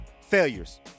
failures